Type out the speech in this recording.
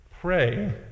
Pray